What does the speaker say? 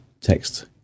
text